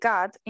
God